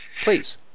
Please